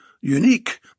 unique